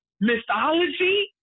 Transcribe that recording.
mythology